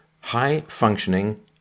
high-functioning